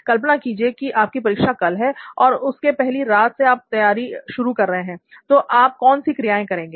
कल्पना कीजिए कि आपकी परीक्षा कल है और उसके पहली रात से आप तैयारी शुरू कर रहे हैं तो आप कौनसी क्रियाएं करेंगे